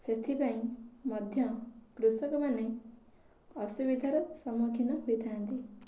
ସେଥିପାଇଁ ମଧ୍ୟ କୃଷକମାନେ ଅସୁବିଧାର ସମ୍ମୁଖୀନ ହୋଇଥାନ୍ତି